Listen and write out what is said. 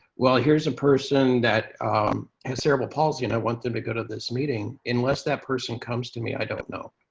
well, here's a person that has cerebral palsy, and i want them to go to this meeting. unless that person comes to me, i don't know.